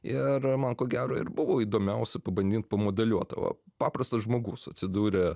ir man ko gero ir buvo įdomiausia pabandyt pamodeliuot o paprastas žmogus atsidūrė